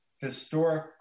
historic